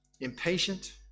impatient